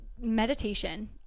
meditation